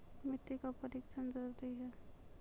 मिट्टी का परिक्षण जरुरी है?